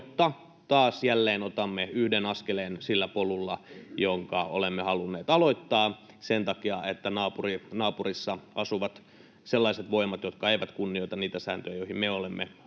taas jälleen otamme yhden askeleen sillä polulla, jonka olemme halunneet aloittaa sen takia, että naapurissa asuvat sellaiset voimat, jotka eivät kunnioita niitä sääntöjä, joihin me olemme halunneet